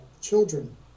children